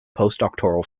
postdoctoral